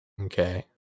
Okay